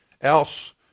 else